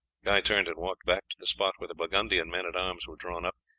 guy turned and walked back to the spot where the burgundian men-at-arms were drawn up.